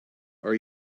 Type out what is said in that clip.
are